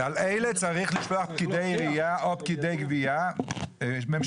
על אלה צריך לשלוח פקידי עירייה או פקידי גבייה ממשלתיים.